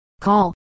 Call